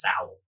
foul